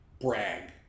brag